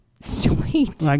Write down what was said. sweet